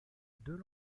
deux